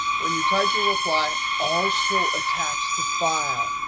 when you type your reply, also attach the file.